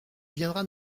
viendras